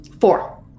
Four